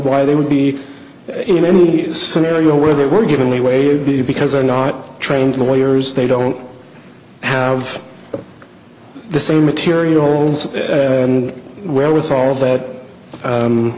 why they would be in any scenario where they were given leeway because they're not trained lawyers they don't have the same materials and where with all that